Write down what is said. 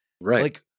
right